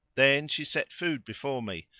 then she set food before me,